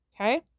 Okay